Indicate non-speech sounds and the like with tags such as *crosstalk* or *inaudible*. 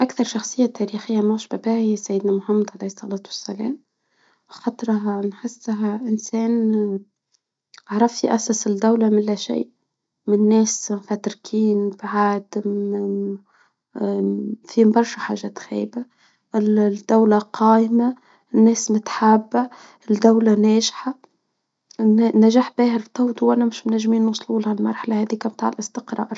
أكثر شخصية تاريخية معجبة بها هي سيدنا محمد عليه الصلاة والسلام، خطرة نحسه إنسان عرف يأسس الدولة من لا شيء، من ناس مفرتكين بعاد *hesitation* فيهم برشا حاجات خايبة لدولة قايمة، ناس متحابة، والدولة ناجحة نجاح باهر، فطواته وأنا مش منجمين نوصلو لهاد المرحلة هاديكا بتاع الاستقرار.